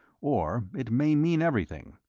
or it may mean everything.